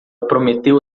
prometeu